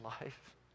life